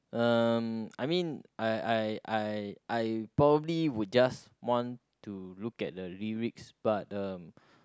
uh I mean I I I I probably would just want to look at the lyrics but uh